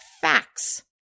Facts